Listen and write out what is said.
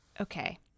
okay